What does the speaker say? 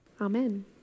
Amen